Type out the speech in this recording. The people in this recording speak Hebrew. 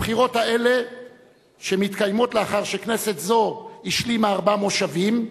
הבחירות האלה שמתקיימות לאחר שכנסת זו השלימה ארבע מושבים,